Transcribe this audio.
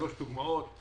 שלוש דוגמאות.